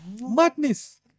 Madness